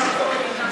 לי.